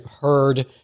heard